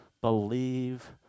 believe